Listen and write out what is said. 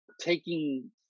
taking